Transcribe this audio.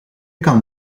kan